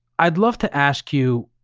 i'd love to ask you,